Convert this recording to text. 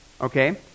Okay